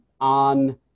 on